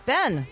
Ben